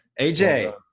AJ